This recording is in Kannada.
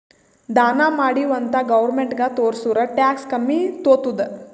ದಾನಾ ಮಾಡಿವ್ ಅಂತ್ ಗೌರ್ಮೆಂಟ್ಗ ತೋರ್ಸುರ್ ಟ್ಯಾಕ್ಸ್ ಕಮ್ಮಿ ತೊತ್ತುದ್